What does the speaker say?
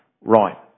right